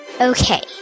Okay